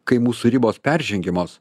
kai mūsų ribos peržengiamos